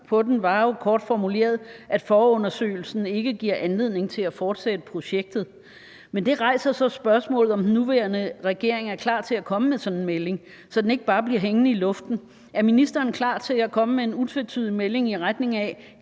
på den var kort formuleret, at forundersøgelsen ikke gav anledning til at fortsætte projektet. Det rejser så spørgsmålet, om den nuværende regering er klar til at komme med sådan en melding, så den ikke bare bliver hængende i luften. Er ministeren klar til at komme med en utvetydig melding, i retning af